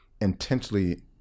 intentionally